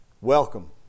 welcome